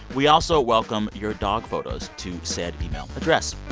we also welcome your dog photos to said email address